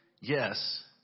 yes